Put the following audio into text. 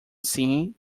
see